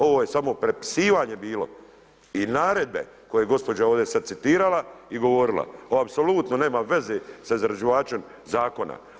Ovo je samo prepisivanje bilo i naredbe koje je gospođa ovdje sad citirala i govorila, ovo apsolutno nema veze sa izrađivačem zakona.